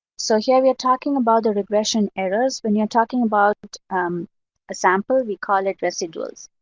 so here we are talking about the regression errors. when you're talking about a sample, we call it residuals.